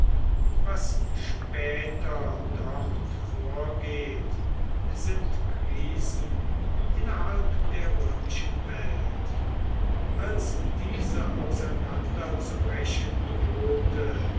was später dort vorgeht sind krisen innerhalb der römischen welt als diese auseinanderzubrechen drohte